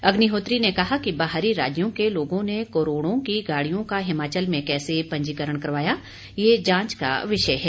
अग्निहोत्री ने कहा कि बाहरी राज्यों के लोगों ने करोड़ों की गाड़ियों का हिमाचल में कैसे पंजीकरण करवाया ये जांच का विषय है